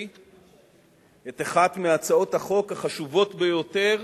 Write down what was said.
את אחת מהצעות החוק החשובות ביותר,